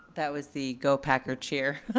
that was the go packer cheer.